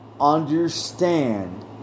understand